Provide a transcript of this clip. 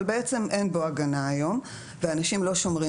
אבל בעצם אין בו הגנה היום ואנשים לא שומרים